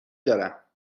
دارم